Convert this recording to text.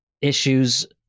issues